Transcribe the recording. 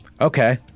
Okay